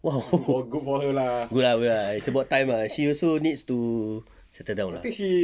!wow! ya ya it's about time lah she also needs to settle down lah